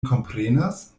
komprenas